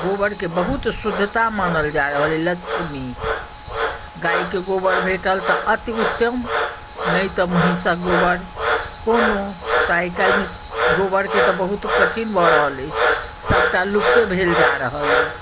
गोबरके बहुत शुद्धता मानल जा रहल अछि लक्ष्मी गायके गोबर भेटल तऽ अति उत्तम नहि तऽ महींसक गोबर कोनो तऽ आइ काल्हिमे तऽ गोबरके तऽ बहुत कठिन भऽ रहल एहि सभटा लुप्ते भेल जा रहल अइ